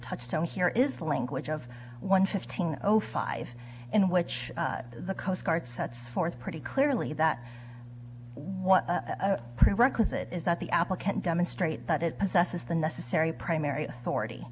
touchstone here is the language of one fifteen zero five in which the coast guard sets forth pretty clearly that what a prerequisite is that the applicant demonstrate that it possesses the necessary primary authority